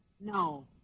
No